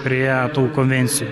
prie tų konvencijų